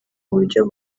buryo